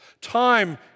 Time